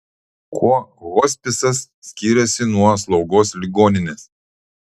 kuo hospisas skiriasi nuo slaugos ligoninės